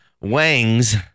Wang's